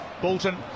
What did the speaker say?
Bolton